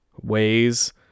ways